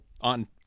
on